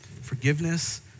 forgiveness